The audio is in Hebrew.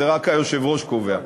זה רק היושב-ראש קובע.